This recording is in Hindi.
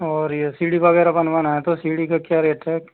और ये सीडी वगैरह बनवाना है तो सीडी का क्या रेट है